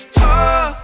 talk